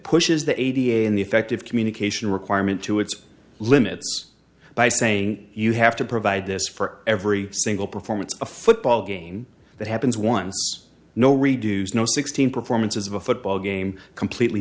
pushes the eighty in the effective communication requirement to its limits by saying you have to provide this for every single performance a football game that happens once no redos no sixteen performances of a football game completely